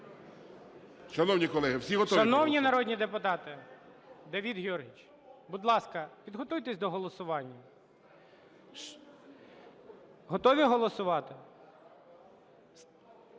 Шановні народні депутати! Давид Георгійович, будь ласка, підготуйтесь до голосування. Готові голосувати?